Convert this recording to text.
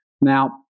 Now